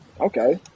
Okay